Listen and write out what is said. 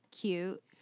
cute